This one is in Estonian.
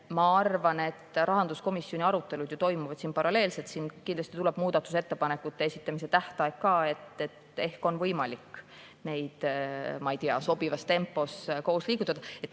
Ma arvan, et rahanduskomisjoni arutelud toimuvad siin paralleelselt ja kindlasti tuleb ka muudatusettepanekute esitamise tähtaeg, nii et ehk on võimalik neid, ma ei tea, sobivas tempos koos liigutada.